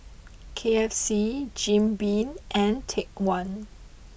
K F C Jim Beam and Take One